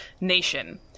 nation